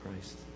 Christ